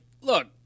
look